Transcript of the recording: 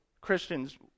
Christians